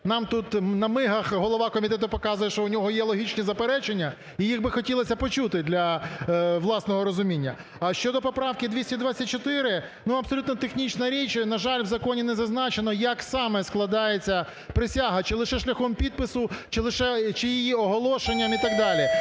нам тут на мигах голова комітету показує, що в нього є логічні заперечення, і їх би хотілося почути для власного розуміння. А щодо поправки 224, абсолютно технічна річ, на жаль, в законі не зазначено, як саме складається присяга чи лише шляхом підпису, чи лише, чи її оголошенням і так далі.